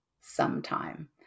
sometime